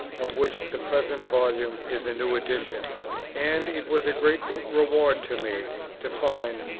of which the present volume is a new edition and it was a great reward to me to find,